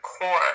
core